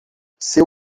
seu